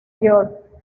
york